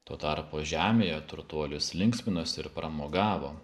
tuo tarpu žemėje turtuolis linksminosi ir pramogavo